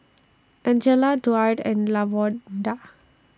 Angela Duard and Lavonda